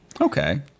Okay